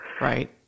Right